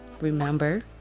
remember